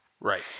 Right